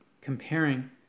comparing